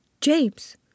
James